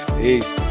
Peace